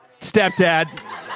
stepdad